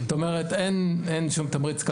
זאת אומרת אין שום תמריץ,